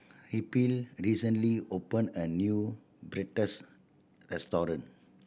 Raphael recently opened a new Pretzel restaurant